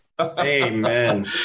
Amen